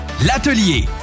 L'atelier